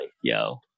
yo